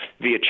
via